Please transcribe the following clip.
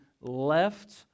left